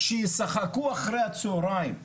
שישחקו אחרי הצהריים.